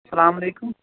اسلام علیکُم